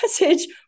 message